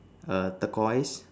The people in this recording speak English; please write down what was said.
err turquoise